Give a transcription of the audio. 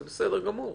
זה בסדר גמור.